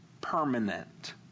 permanent